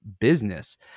business